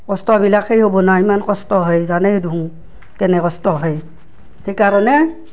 কষ্টবিলাক সেই হ'বনা ইমান কষ্ট হয় জানে দেখোন কেনে কষ্ট হয় সেই কাৰণে